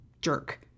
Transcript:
jerk